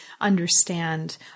understand